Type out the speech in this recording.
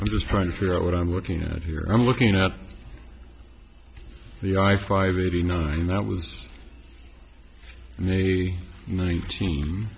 i'm just trying to figure out what i'm looking at here i'm looking at the i five thirty nine and i was maybe nineteen